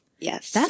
Yes